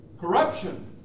Corruption